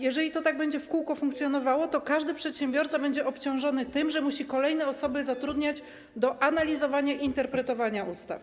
Jeżeli to tak będzie w kółko funkcjonowało, to każdy przedsiębiorca będzie obciążony tym, że musi kolejne osoby zatrudniać do analizowania i interpretowania ustaw.